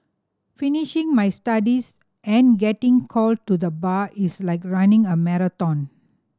finishing my studies and getting called to the Bar is like running a marathon